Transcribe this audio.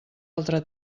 altre